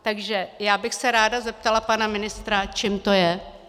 Takže já bych se ráda zeptala pana ministra, čím to je.